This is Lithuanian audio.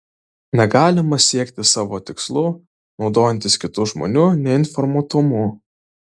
negalima siekti savo tikslų naudojantis kitų žmonių neinformuotumu